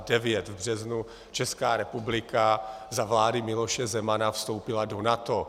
V březnu 1999 Česká republika za vlády Miloše Zemana vstoupila do NATO.